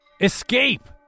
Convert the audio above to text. Escape